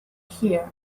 here